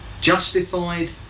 Justified